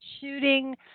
shooting